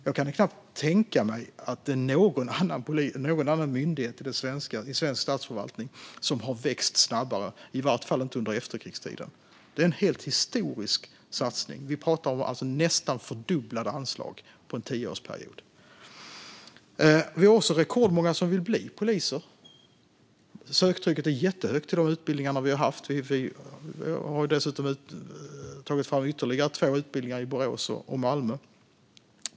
Jag kan knappt tänka mig att någon annan myndighet i svensk statsförvaltning har växt snabbare, i varje fall inte under efterkrigstiden. Detta är en helt historisk satsning; det handlar alltså om nästan fördubblade anslag under en tioårsperiod. Vi har också rekordmånga som vill bli polis. Söktrycket är jättehögt till de utbildningar som vi har haft. Vi har dessutom tagit fram ytterligare två utbildningar i Borås och Malmö.